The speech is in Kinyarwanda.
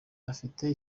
ufite